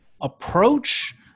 approach